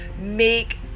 make